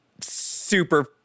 super